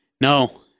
No